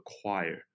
acquire